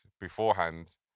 beforehand